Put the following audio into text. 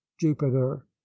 jupiter